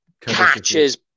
catches